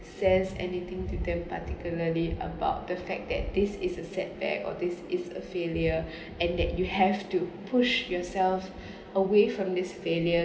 says anything to them particularly about the fact that this is a setback or this is a failure and that you have to push yourself away from this failure